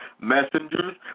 messengers